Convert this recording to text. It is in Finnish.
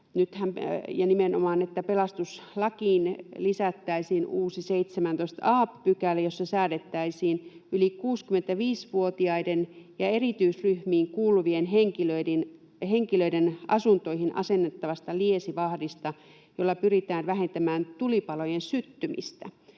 nimenomaan, että pelastuslakiin lisättäisiin uusi 17 a §, jossa säädettäisiin yli 65-vuotiaiden ja erityisryhmiin kuuluvien henkilöiden asuntoihin asennettavasta liesivahdista, jolla pyritään vähentämään tulipalojen syttymistä.